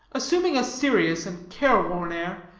assuming a serious and care-worn air,